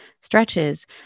stretches